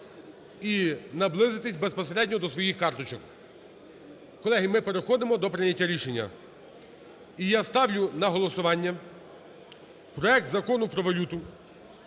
і наблизитись безпосередньо до своїх карточок. Колеги, ми переходимо до прийняття рішення. І я ставлю на голосування проект Закону про валюту